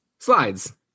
Slides